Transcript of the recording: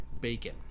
bacon